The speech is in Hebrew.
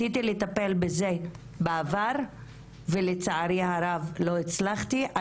אני אישית ניסיתי לטפל בזה בעבר ולצערי הרב לא הצלחתי.